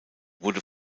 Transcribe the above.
wurde